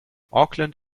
auckland